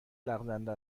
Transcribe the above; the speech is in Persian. لغزنده